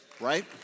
Right